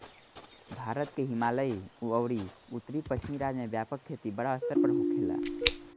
भारत के हिमालयी अउरी उत्तर पश्चिम राज्य में व्यापक खेती बड़ स्तर पर होखेला